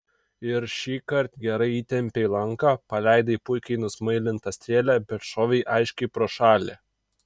ir šįkart gerai įtempei lanką paleidai puikiai nusmailintą strėlę bet šovei aiškiai pro šalį